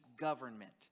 government